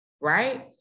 right